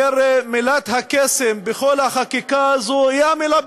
מילת הקסם בכל החקיקה הזאת היא המילה "ביטחון".